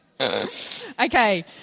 Okay